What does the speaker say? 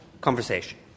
conversation